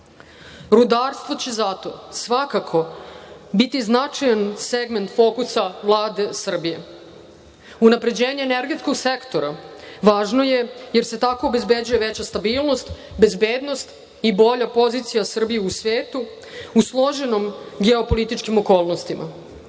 Rudarstvo će zato, svakako, biti značajan segment fokusa Vlade Republike Srbije. Unapređenje energetskog sektora važno je jer se tako obezbeđuje veća stabilnost, bezbednost i bolja pozicija Srbije u svetu, u složenim geopolitičkim okolnostima.